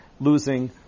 losing